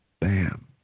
Bam